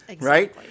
right